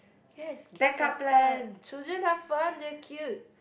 yes kids are fun children are fun they are cute